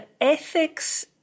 ethics